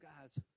guys